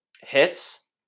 hits